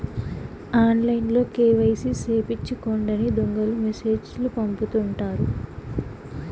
ఆన్లైన్లో కేవైసీ సేపిచ్చుకోండని దొంగలు మెసేజ్ లు పంపుతుంటారు